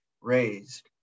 raised